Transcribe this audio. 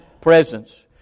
presence